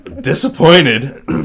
disappointed